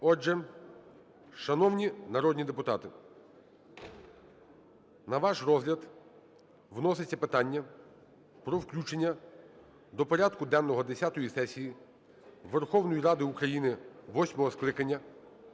Отже, шановні народні депутати, на ваш розгляд вноситься питання про включення до порядку денного десятої сесії Верховної Ради України восьмого скликання